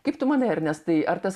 kaip tu manai ernestai ar tas